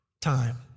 time